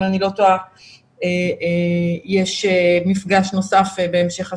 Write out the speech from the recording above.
אני לא טועה יש מפגש נוסף גם בהמשך השבוע,